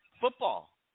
football